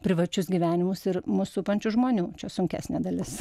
privačius gyvenimus ir mus supančių žmonių čia sunkesnė dalis